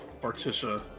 Artisha